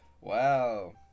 Wow